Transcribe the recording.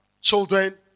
children